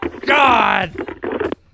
God